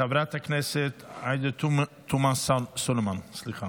חברת הכנסת עאידה תומא סלימאן, בבקשה.